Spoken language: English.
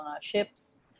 ships